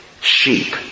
sheep